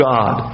God